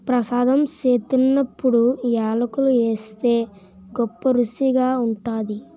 ప్రసాదం సేత్తున్నప్పుడు యాలకులు ఏస్తే గొప్పరుసిగా ఉంటాది